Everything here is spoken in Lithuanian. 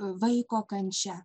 vaiko kančia